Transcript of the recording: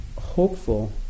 hopeful